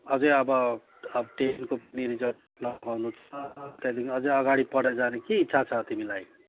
अझै अब अब टेनको पनि रिजल्ट त्यहाँदेखि अझै अगाडि पढेर जानु के इच्छा छ तिमीलाई